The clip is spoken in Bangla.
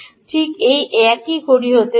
ঠিক এটি একই ঘড়ি হতে পারে না